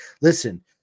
listen